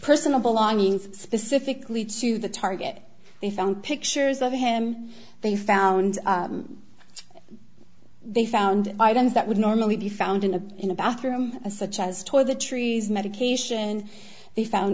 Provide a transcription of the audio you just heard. personable longings specifically to the target they found pictures of him they found they found items that would normally be found in a in a bathroom such as toiletries medication and they found